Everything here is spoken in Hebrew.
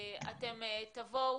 אתם תבואו,